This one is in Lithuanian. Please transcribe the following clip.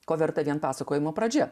ko verta vien pasakojimo pradžia